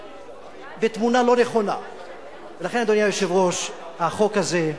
בתמונה לא נכונה, לכן, אדוני היושב-ראש, החוק הזה,